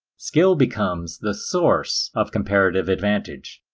skill becomes the source of comparative advantage.